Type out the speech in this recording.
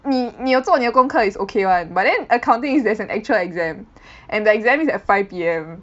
你你有做你的功课 is okay [one] but then accounting is there's an actual exam and the exam is at five P_M